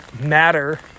Matter